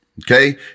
Okay